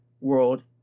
World